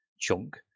chunk